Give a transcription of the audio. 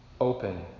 open